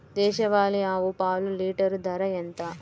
దేశవాలీ ఆవు పాలు లీటరు ధర ఎంత?